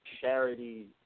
charity